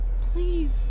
please